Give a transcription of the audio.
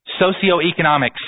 socioeconomic